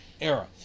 era